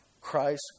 Christ